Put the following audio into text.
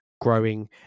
growing